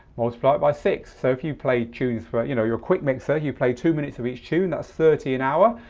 multiply it by six. so if you play tunes for, you know you're a quick mixer, you play two minutes of each tune, that's thirty an hour.